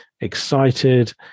excited